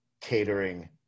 catering